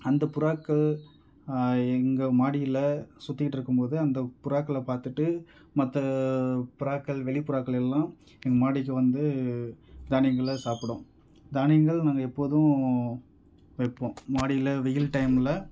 அந்த புறாக்கள் எங்கள் மாடியில் சுத்திகிட்டு இருக்கும்போது அந்த புறாக்களை பார்த்துட்டு மற்ற புறாக்கள் வெளி புறாக்கள் எல்லாம் எங்கள் மாடிக்கு வந்து தானியங்களை சாப்பிடும் தானியங்கள் நாங்கள் எப்போதும் வைப்போம் மாடியில் வெயில் டைம்ல